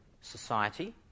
society